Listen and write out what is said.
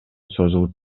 созулуп